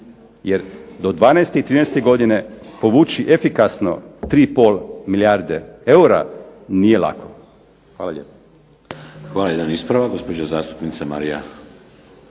jer do 2012. i 2013. godine povući efikasno 3,5 milijarde eura nije lako. Hvala lijepo. **Šeks, Vladimir (HDZ)** Hvala. Jedan ispravak, gospođa zastupnica Marija